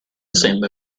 sembra